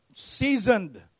Seasoned